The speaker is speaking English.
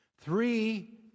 three